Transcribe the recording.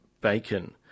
bacon